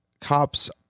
cops